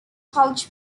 college